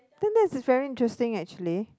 then that is very interesting actually